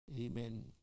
Amen